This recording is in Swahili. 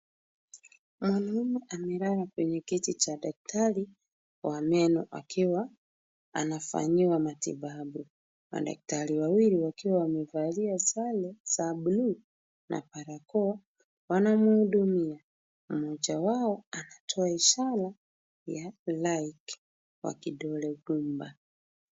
Mwanaume amelala kwenye kiti cha daktari wa meno akiwa anafanyiwa matibabu. Madaktari wawili wakiwa wamevalia sare za blue na barakoa wanamhudumia, mmoja wao anatoa ishara ya like kwa kidole gumba.